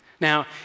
Now